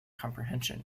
comprehension